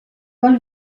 paul